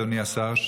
אדוני השר,